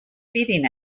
feeding